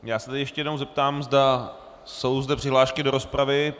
Já se ještě jednou zeptám, zda jsou zde přihlášky do rozpravy.